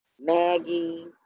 Maggie